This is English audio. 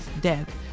death